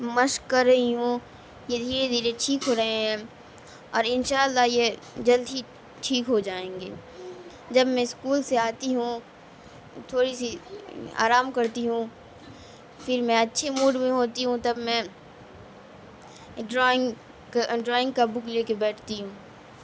مشق کر رہی ہوں یہ دھیرے دھیرے ٹھیک ہو رہے ہیں اور ان شاء اللہ یہ جلد ہی ٹھیک ہو جائیں گے جب میں اسکول سے آتی ہوں تھوڑی سی آرام کرتی ہوں پھر میں اچھے موڈ میں ہوتی ہوں تب میں ڈرائنگ کا ڈرائنگ کا بک لے کے بیٹھتی ہوں